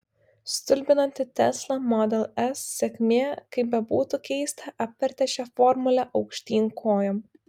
stulbinanti tesla model s sėkmė kaip bebūtų keista apvertė šią formulę aukštyn kojom